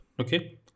okay